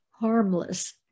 harmless